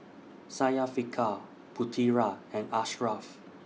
Syafiqah Putera and Ashraf